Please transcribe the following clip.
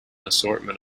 assortment